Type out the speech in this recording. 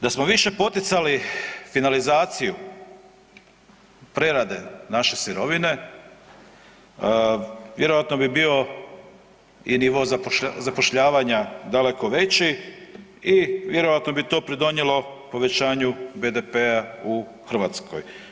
Da smo više poticali finalizaciju prerade naše sirovine vjerojatno bi bio i nivo zapošljavanja daleko veći i vjerojatno bi to pridonijelo povećanju BDP-a u Hrvatskoj.